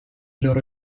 loro